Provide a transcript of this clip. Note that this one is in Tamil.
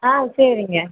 ஆ சரிங்க